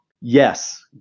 Yes